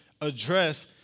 address